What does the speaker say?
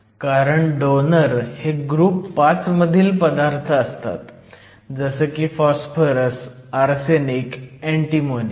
कारण डोनर हे ग्रुप 5 मधील पदार्थ असतात जसं की फॉस्फरस आर्सेनिक अँटीमोनी